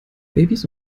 babys